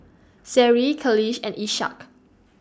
Seri Khalish and Ishak